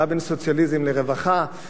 מה בין סוציאליזם לרווחה.